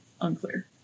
unclear